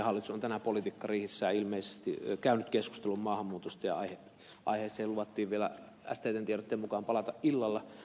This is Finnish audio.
hallitus on tänään politiikkariihessään ilmeisesti käynyt keskustelun maahanmuutosta ja aiheeseen luvattiin vielä sttn tiedotteen mukaan palata illalla